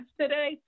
today